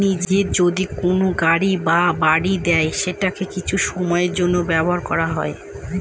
নিজে যদি কোনো গাড়ি বা বাড়ি দেয় সেটাকে কিছু সময়ের জন্য ব্যবহার করা হয়